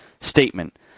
statement